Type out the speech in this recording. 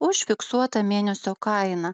už fiksuotą mėnesio kainą